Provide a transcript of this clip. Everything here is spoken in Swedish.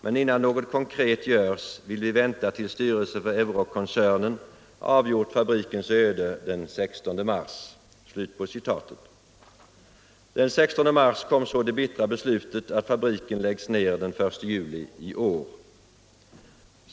Men innan något konkret görs vill vi vänta till styrelsen för EU ROC-koncernen avgjort fabrikens öde den 16 mars.” Den 16 mars kom så det bittra beslutet att fabriken läggs ner den 1 juli i år.